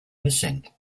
missing